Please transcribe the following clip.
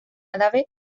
abade